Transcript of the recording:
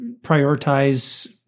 prioritize